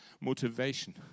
motivation